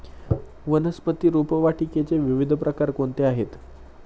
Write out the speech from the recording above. वनस्पती रोपवाटिकेचे विविध प्रकार कोणते आहेत?